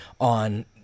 on